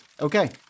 Okay